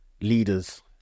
leaders